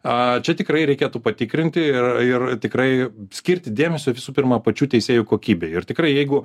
a čia tikrai reikėtų patikrinti ir ir tikrai skirti dėmesio visų pirma pačių teisėjų kokybei ir tikrai jeigu